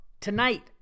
Tonight